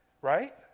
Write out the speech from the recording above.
right